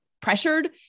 pressured